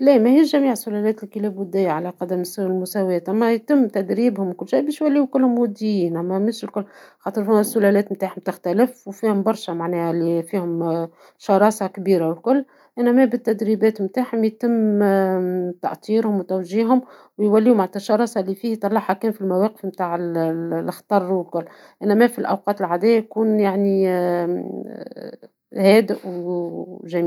لا ماهيش جميع سلالات الكلاب ودية على قدم المساواة ، أم يتم تدريبهم وكل شيء بش يوليو كلهم وديين ،أما مش الكل ، خاطر فما سلالات نتاعهم تختلف ، وفيهم برشا معناها لي فيهم شراسة كبيرة والكل ، انما بالتدريبات تاعهم يتم تأطيرهم وتوجيهم ، ويوليو معناتها الشراسة لي فيه يطلعها كان في المواقف نتاع الخطر وكل ، انما في الأوقات العادية يكون يعني هادئ وجيد